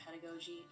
pedagogy